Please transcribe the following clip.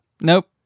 Nope